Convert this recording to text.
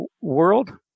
world